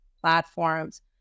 platforms